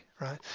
right